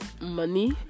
money